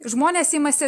žmonės imasi